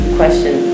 question